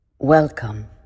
Welcome